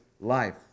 life